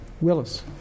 Willis